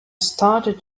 started